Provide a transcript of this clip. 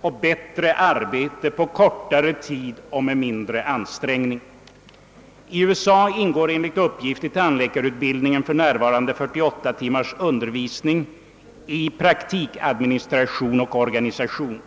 och bättre arbete på kortare tid och med mindre ansträngning. I USA ingår enligt uppgift i tandläkarutbildningen för närvarande 48 timmars undervisning i praktikadministration och organisation.